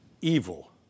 evil